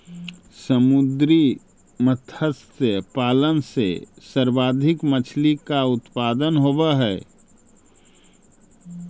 समुद्री मत्स्य पालन से सर्वाधिक मछली का उत्पादन होवअ हई